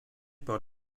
par